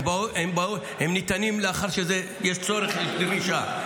הם ניתנים לאחר שיש צורך ויש דרישה.